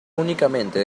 únicamente